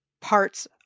parts